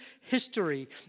history